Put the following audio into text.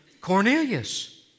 Cornelius